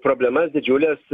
problemas didžiules